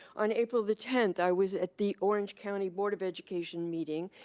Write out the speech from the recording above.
on april the tenth, i was at the orange county board of education meeting,